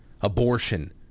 Abortion